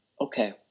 okay